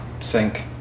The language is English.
sink